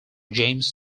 james